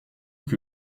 que